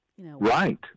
Right